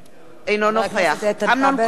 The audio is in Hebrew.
אינו נוכח אמנון כהן,